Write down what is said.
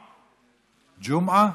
ג'ומעה.